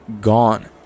gone